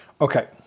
Okay